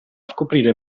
scoprire